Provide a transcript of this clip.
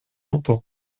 longtemps